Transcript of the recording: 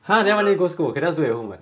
!huh! then why need go school cannot do at home